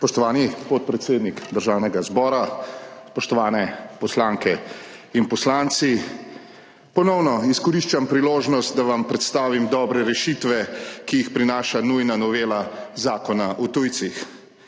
Spoštovani podpredsednik Državnega zbora, spoštovane poslanke in poslanci! Ponovno izkoriščam priložnost, da vam predstavim dobre rešitve, ki jih prinaša nujna novela Zakona o tujcih.